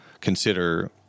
consider